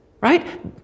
right